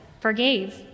forgave